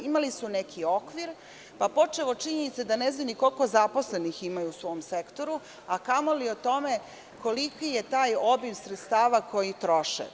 Imali su neki okvir, pa počev od činjenice da ne znaju ni koliko zaposlenih imaju u svom sektoru, a kamoli o tome koliki je taj obim sredstava koji troše.